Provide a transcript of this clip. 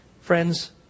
Friends